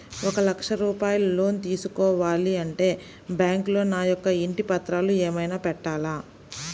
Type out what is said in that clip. ఒక లక్ష రూపాయలు లోన్ తీసుకోవాలి అంటే బ్యాంకులో నా యొక్క ఇంటి పత్రాలు ఏమైనా పెట్టాలా?